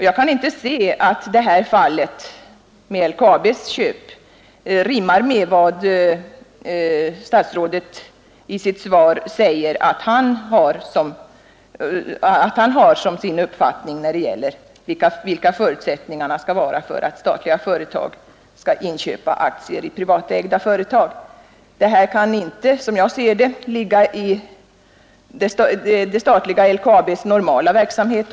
Jag kan inte finna att LKAB:s köp av aktier i detta fall rimmar med vad statsrådet i sitt svar säger bör vara förutsättningen för att statliga företag skall få inköpa aktier i privatägda företag. Detta köp kan inte, anser jag, falla inom ramen för LKAB:s normala verksamhet.